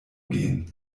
gehen